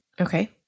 Okay